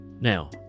now